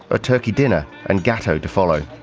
a turkey dinner and gateau to follow.